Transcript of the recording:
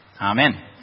Amen